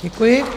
Děkuji.